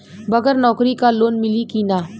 बगर नौकरी क लोन मिली कि ना?